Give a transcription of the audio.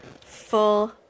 full